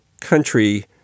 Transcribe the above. country